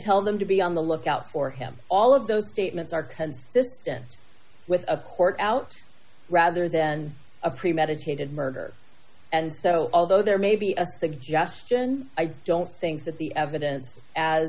tell them to be on the lookout for him all of those statements are consistent with a court out rather than a premeditated murder and so although there may be a suggestion i don't think that the evidence as